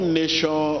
nation